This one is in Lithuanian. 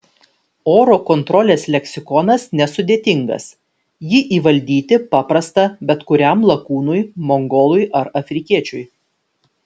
oro kontrolės leksikonas nesudėtingas jį įvaldyti paprasta bet kuriam lakūnui mongolui ar afrikiečiui